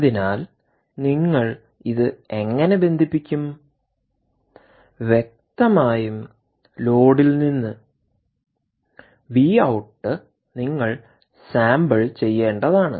അതിനാൽ നിങ്ങൾ ഇത് എങ്ങനെ ബന്ധിപ്പിക്കും വ്യക്തമായും ലോഡിൽ നിന്ന് വി ഔട്ട് നിങ്ങൾ സാമ്പിൾ ചെയ്യേണ്ടതാണ്